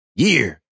year